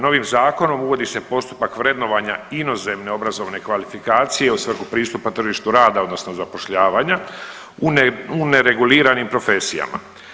Novim zakonom uvodi se postupak vrednovanja inozemne obrazovne kvalifikacije u svrhu pristupa tržištu rada, odnosno zapošljavanja u nereguliranim profesijama.